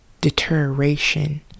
deterioration